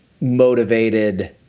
motivated